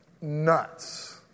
nuts